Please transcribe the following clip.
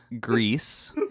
Greece